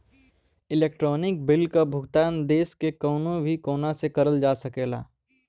electronic bill क भुगतान देश के कउनो भी कोने से करल जा सकला